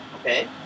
Okay